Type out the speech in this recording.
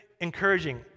encouraging